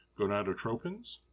gonadotropins